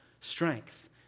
strength